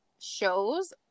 Shows